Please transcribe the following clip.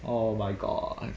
oh my god